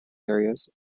areas